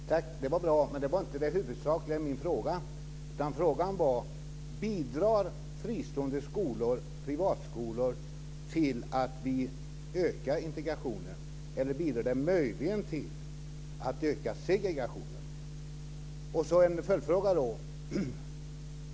Fru talman! Det var bra sagt, men det var inte svar på det huvudsakliga i min fråga. Frågan var om fristående skolor bidrar till att öka integrationen eller om de möjligen bidrar till att öka segregationen. Jag har också en följdfråga.